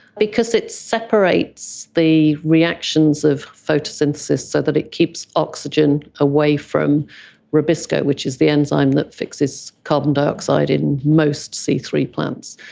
because it separates the reactions of photosynthesis so that it keeps oxygen away from rubisco, which is the enzyme that fixes carbon dioxide in most c three planets.